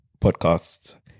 podcasts